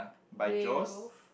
grey roof